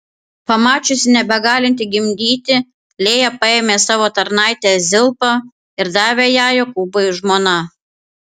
pamačiusi nebegalinti gimdyti lėja paėmė savo tarnaitę zilpą ir davė ją jokūbui žmona